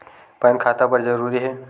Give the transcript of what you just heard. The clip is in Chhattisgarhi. पैन खाता बर जरूरी हे?